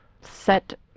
set